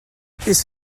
this